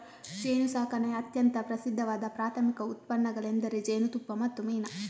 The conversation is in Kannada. ಜೇನುಸಾಕಣೆಯ ಅತ್ಯಂತ ಪ್ರಸಿದ್ಧವಾದ ಪ್ರಾಥಮಿಕ ಉತ್ಪನ್ನಗಳೆಂದರೆ ಜೇನುತುಪ್ಪ ಮತ್ತು ಮೇಣ